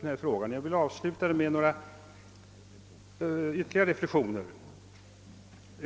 Och jag vill avsluta mitt anförande med några ytterligare reflexioner.